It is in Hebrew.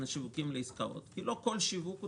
השיווקים לעסקאות כי לא כל שיווק תופס,